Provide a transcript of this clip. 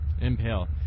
Impale